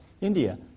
India